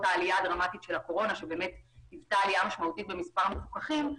העלייה הדרמטית של הקורונה שהיוותה עלייה משמעותית במספר המפוקחים,